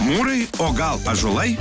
mūrai o gal ąžuolai